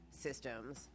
systems